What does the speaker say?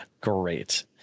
great